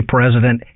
President